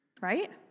right